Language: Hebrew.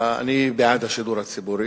אני בעד השידור הציבורי,